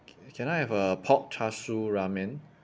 can I have a pork char siu ramen